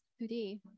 today